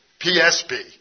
PSP